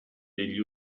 degli